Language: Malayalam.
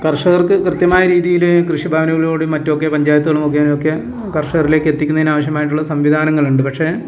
കർഷകർക്ക് കൃത്യമായ രീതിയിൽ കൃഷി ഭവനിൽ കൂടി മറ്റുമൊക്കെ പഞ്ചായത്തോൾ മുഘേനയൊക്കെ കർഷകരിലേക്ക് എത്തിക്കുന്നതിന് ആവശ്യമായിട്ടുള്ള സംവിധാനങ്ങളുണ്ട് പക്ഷെ